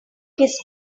kiss